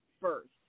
first